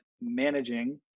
managing